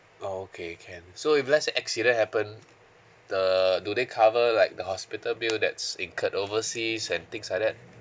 oh okay can so if let's say accident happen the do they cover like the hospital bill that's incurred overseas and things like that